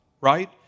right